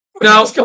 Now